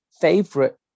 favorite